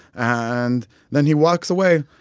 and then he walks away,